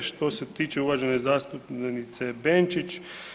Što se tiče uvažene zastupnice Benčić.